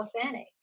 authentic